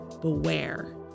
beware